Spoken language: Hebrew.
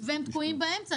והם תקועים באמצע.